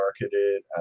marketed